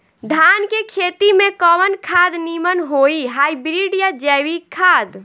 धान के खेती में कवन खाद नीमन होई हाइब्रिड या जैविक खाद?